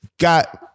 Got